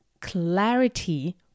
clarity